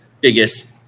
biggest